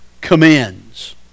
commends